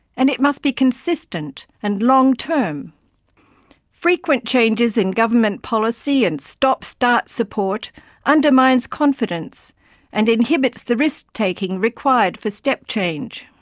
and it must be consistent and long-term frequent changes in government policy and stop-start support undermines confidence and inhibits the risk-taking required for step-change.